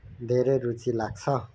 धेरै रुचि लाग्छ